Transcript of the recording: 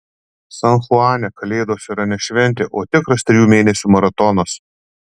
san chuane kalėdos yra ne šventė o tikras trijų mėnesių maratonas